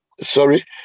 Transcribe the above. sorry